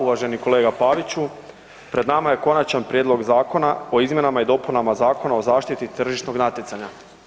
Uvaženi kolega Paviću pred nama je Konačan prijedlog zakona o izmjenama i dopunama Zakona o zaštiti tržišnog natjecanja.